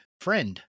friend